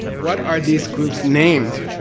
what are these groups named,